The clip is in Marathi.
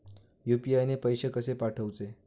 यू.पी.आय ने पैशे कशे पाठवूचे?